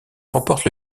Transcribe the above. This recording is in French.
remporte